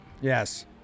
Yes